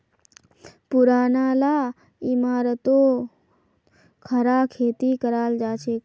पुरना ला इमारततो खड़ा खेती कराल जाछेक